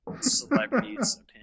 celebrities